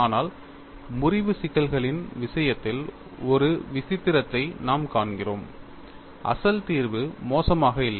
ஆனால் முறிவு சிக்கல்களின் விஷயத்தில் ஒரு விசித்திரத்தை நாம் காண்கிறோம் அசல் தீர்வு மோசமாக இல்லை